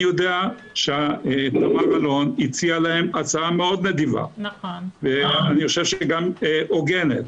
יודע שתמר אלון הציעה להם הצעה מאוד נדיבה ואני חושב שגם הוגנת.